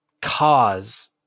cause